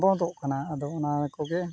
ᱵᱚᱱᱫᱚᱜ ᱠᱟᱱᱟ ᱟᱫᱚ ᱚᱱᱟᱠᱚᱜᱮ